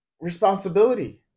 responsibility